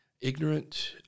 Ignorant